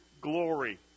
glory